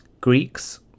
greeks